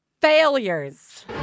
Failures